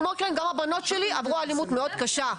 כמו כן גם הבנות שלי עברו אלימות מאוד קשה,